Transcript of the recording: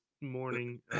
morning